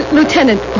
Lieutenant